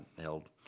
held